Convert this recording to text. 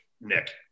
Nick